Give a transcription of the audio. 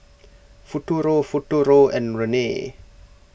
Futuro Futuro and Rene